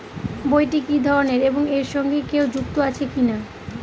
বইটি কি ধরনের এবং এর সঙ্গে কেউ যুক্ত আছে কিনা?